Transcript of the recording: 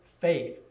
faith